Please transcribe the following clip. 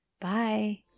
Bye